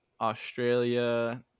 Australia